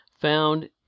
found